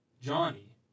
Johnny